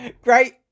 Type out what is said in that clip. Great